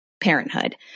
parenthood